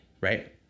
right